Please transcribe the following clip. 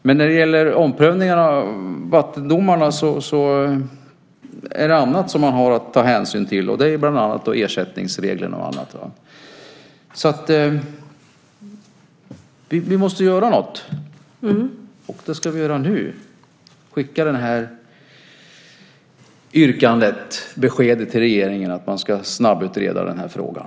Men när det gäller omprövningarna, vattendomarna, har man annat att ta hänsyn till, bland annat ersättningsregler. Något måste göras, och det måste göras nu. Vi kan skicka yrkandet, beskedet, till regeringen att låta snabbutreda frågan.